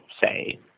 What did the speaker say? say